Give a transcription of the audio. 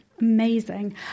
Amazing